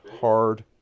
hard